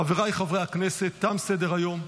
חבריי חברי הכנסת, תם סדר-היום.